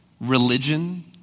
religion